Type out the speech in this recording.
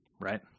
Right